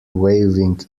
waving